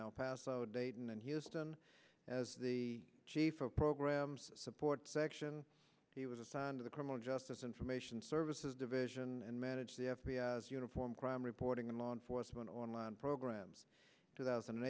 el paso dayton and houston as the chief of programs support section he was assigned to the criminal justice information services division and managed the f b i uniform crime reporting and law enforcement online programs to the thousand